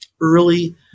early